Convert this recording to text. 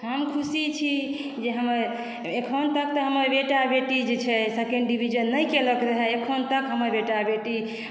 हम खुशी छी जे हमर एखन तक तऽ हमर बेटा बेटी जे छै सेकंड डिविजन नहि केलक रहय एखन तक हमर बेटा बेटी